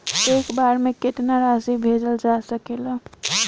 एक बार में केतना राशि भेजल जा सकेला?